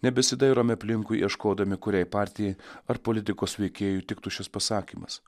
nebesidairome aplinkui ieškodami kuriai partijai ar politikos veikėjui tiktų šis pasakymas